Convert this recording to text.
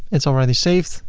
it's already saved.